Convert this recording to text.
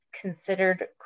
considered